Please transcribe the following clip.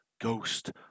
Ghost